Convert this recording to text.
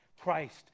Christ